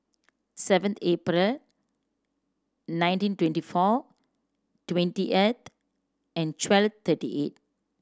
seven April nineteen twenty four twenty eight and twelve thirty eight